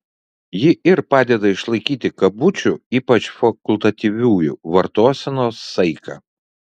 ji ir padeda išlaikyti kabučių ypač fakultatyviųjų vartosenos saiką